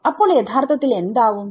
അപ്പോൾ യഥാർത്ഥത്തിൽ എന്താവും